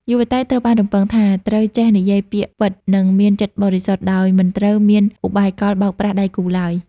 យុវតីត្រូវបានរំពឹងថា ត្រូវចេះ "និយាយពាក្យពិត និងមានចិត្តបរិសុទ្ធ" ដោយមិនត្រូវមានឧបាយកលបោកប្រាស់ដៃគូឡើយ។